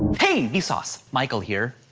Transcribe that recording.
hey vsauce! michael here.